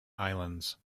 islands